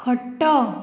ଖଟ